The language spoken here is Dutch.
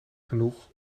genoeg